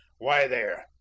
why there?